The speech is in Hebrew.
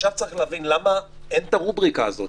צריך להבין, למה אין הרובריקה הזאת